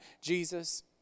Jesus